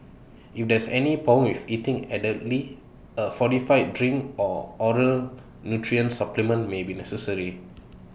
if there is any problem with eating adequately A fortified drink or oral nutrition supplement may be necessary